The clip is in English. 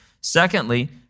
Secondly